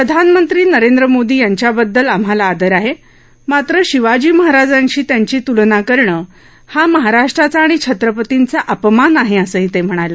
प्रधानमंत्री नरेंद्र मोदी यांच्याबद्दल आम्हाला आदर आहे मात्र शिवाजी महाराजांशी त्यांची तूलना करणे हा महाराष्ट्राचा आणि छत्रपतींचा अपमान आहे असंही ते म्हणाले